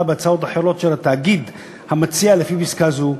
בהצעות אחרות של התאגיד המציע לפי פסקה זו,